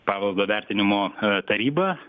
paveldo vertinimo tarybą